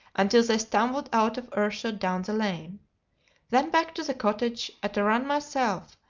until they stumbled out of earshot down the lane then back to the cottage, at a run myself,